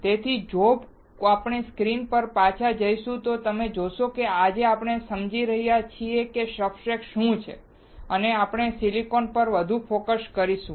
તેથી જો આપણે સ્ક્રીન પર પાછા જઈશું તો તમે જોશો કે આજે આપણે સમજી રહ્યા છીએ કે સબસ્ટ્રેટ્સ શું છે અને આપણે સિલિકોન પર વધુ ફોકસ કરીશું